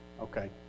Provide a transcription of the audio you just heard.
okay